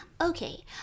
Okay